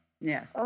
Yes